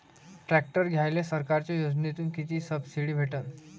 Tractor घ्यायले सरकारच्या योजनेतून किती सबसिडी भेटन?